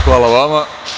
Hvala vama.